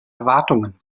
erwartungen